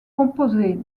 composé